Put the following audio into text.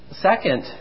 second